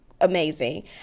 amazing